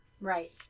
Right